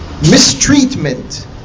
mistreatment